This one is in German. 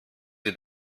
sie